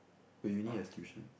oh uni has tuition